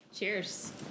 Cheers